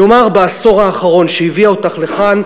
נאמר בעשור האחרון שהביא אותך לכאן,